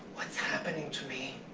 what's happening to me?